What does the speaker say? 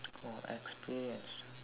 or experienced